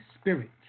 spirit